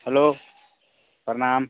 hello प्रणाम